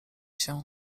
się